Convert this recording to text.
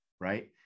Right